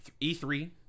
e3